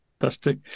Fantastic